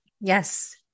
Yes